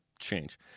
change